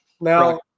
Now